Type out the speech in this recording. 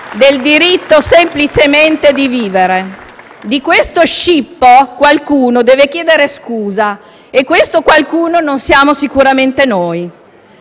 del diritto semplicemente di vivere. Di questo scippo qualcuno deve chiedere scusa e questo qualcuno non siamo sicuramente noi.